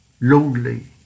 lonely